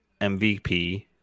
MVP